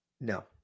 No